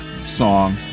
song